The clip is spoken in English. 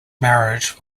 marriage